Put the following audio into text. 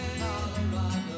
Colorado